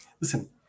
Listen